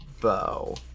Bow